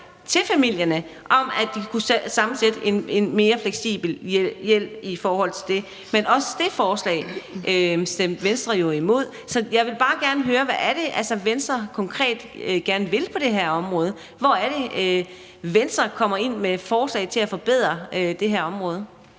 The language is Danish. at familierne kunne sammensætte en mere fleksibel hjælp i forhold til det, men også det forslag stemte Venstre jo imod. Så jeg vil bare gerne høre: Hvad er det, Venstre konkret gerne vil på det her område? Hvor er det, Venstre kommer ind med forslag til at forbedre det her område?